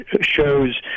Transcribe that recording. shows